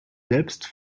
selbst